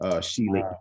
Sheila